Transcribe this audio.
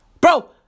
Bro